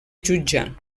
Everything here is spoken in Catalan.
jutjar